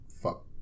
fuck